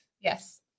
Yes